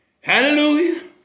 Hallelujah